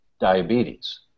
diabetes